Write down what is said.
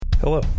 Hello